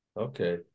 Okay